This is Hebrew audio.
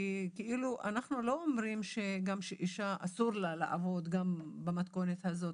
כי אנחנו לא אומרים שאישה אסור לה לעבוד גם במתכונת הזאת,